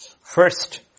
first